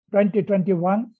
2021